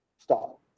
stop